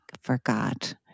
forgot